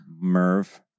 Merv